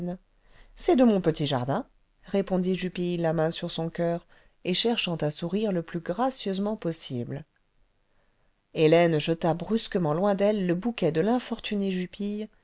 c'est de mon petit jardin répondit jupille la main sur son coeur et cherchant à sourire le plus gracieusement possible hélène jeta brusquement loin d'elle le bouquet de l'infortuné jupille